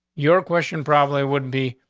your question probably wouldn't be.